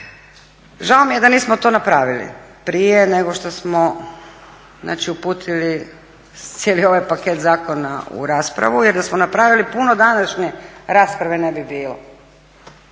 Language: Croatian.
Žao mi da nismo to napravili prije nego što smo uputili cijeli ovaj paket zakona u raspravu, jer da smo napravili puno današnje rasprave ne bi bilo.